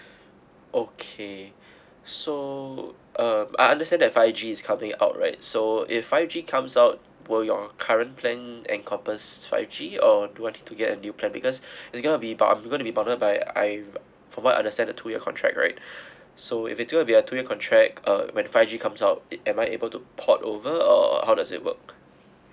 okay so um I understand that five G is coming out right so if five G comes out will your current plan encompass five G or do I need to get a new plan because it's gonna be but I'm gonna be but I from what I understand that two year contract right so if it still be a two year contract uh when five g comes out it am I able to port over or how does it work